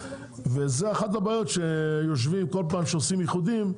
וזה אחת הבעיות שיושבים כל פעם שעושים איחודים,